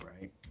right